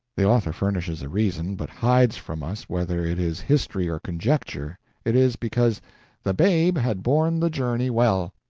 the author furnishes a reason, but hides from us whether it is history or conjecture it is because the babe had borne the journey well.